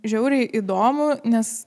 žiauriai įdomu nes